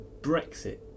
Brexit